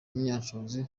munyanshoza